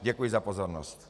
Děkuji za pozornost.